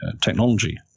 technology